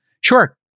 Sure